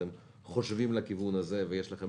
אם אתם חושבים לכיוון הזה ויש לכם